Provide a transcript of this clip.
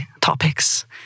topics